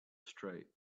straight